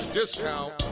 discount